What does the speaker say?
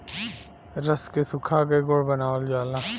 रस के सुखा क गुड़ बनावल जाला